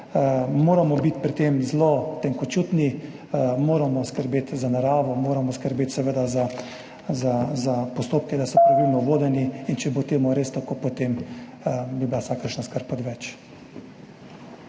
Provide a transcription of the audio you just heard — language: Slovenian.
moramo biti pri tem zelo tenkočutni, moramo skrbeti za naravo, moramo skrbeti seveda za postopke, da so pravilno vodeni, in če bo to res tako, potem bi bila vsakršna skrb od več.